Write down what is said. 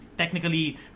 technically